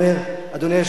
אדוני היושב-ראש,